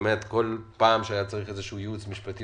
שכל פעם שהיה צריך איזה שהוא ייעוץ משפטי